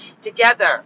together